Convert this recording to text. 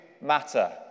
matter